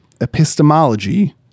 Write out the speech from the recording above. Epistemology